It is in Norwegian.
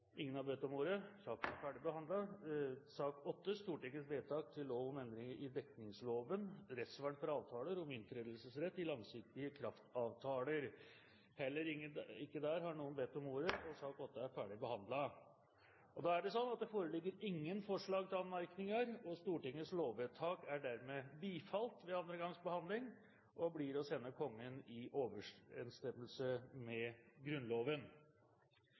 Ingen har bedt om ordet. Ingen har bedt om ordet. Ingen har bedt om ordet. Ingen har bedt om ordet. Ingen har bedt om ordet. Ingen har bedt om ordet. Ingen har bedt om ordet. Ingen har bedt om ordet. Det foreligger ingen forslag til anmerkninger, og Stortingets lovvedtak er dermed bifalt ved andre gangs behandling og blir å sende Kongen i overensstemmelse med Grunnloven.